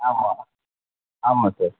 ஆமாம் ஆமாம் சார்